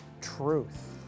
truth